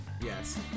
yes